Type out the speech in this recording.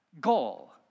goal